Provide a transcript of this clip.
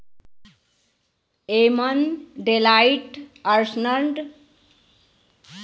एमन Deloitte, Ernst and Young, KPMG आउर पी.डब्ल्यू.सी हौ